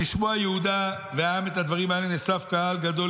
"וכשמוע יהודה והעם את הדברים האלה נאסף קהל גדול